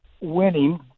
winning